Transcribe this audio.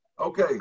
Okay